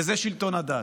וזה שלטון הדת.